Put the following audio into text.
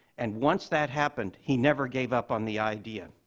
and once that happened, he never gave up on the idea.